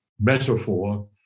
metaphor